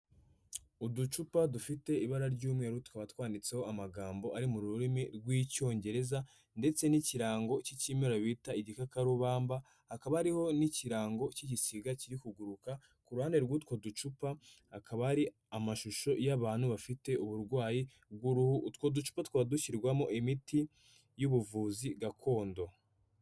Uducupa dufite ibara ry'umweru tukaba twanditseho amagambo ari mu rurimi rw'icyongereza ndetse n'ikirango cy'ikimera bita igikakarubamba, akaba ariho n'ikirango cy'igisiga kiri kuguruka, ku ruhande rw'utwo ducupa hakaba hari amashusho y'abantu bafite uburwayi bw'uruhu, utwo ducupa tukaba dushyirwamo imiti y'ubuvuzi gakondo.